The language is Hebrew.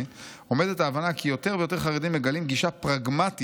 עומדת ההבנה כי יותר ויותר חרדים מגלים גישה פרגמטית